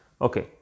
Okay